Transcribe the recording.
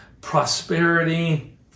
prosperity